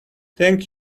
thank